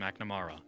McNamara